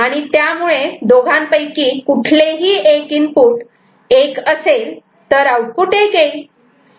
आणि त्यामुळे दोघांपैकी कुठलेही एक इनपुट 1 असेल तर आउटपुट 1 येईल